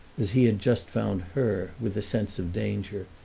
as he had just found her, with the sense of danger,